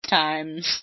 times